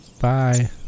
Bye